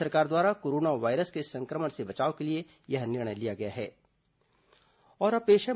राज्य सरकार द्वारा कोरोना वायरस के संक्रमण से बचाव के लिए यह निर्णय लिया गया है